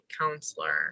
counselor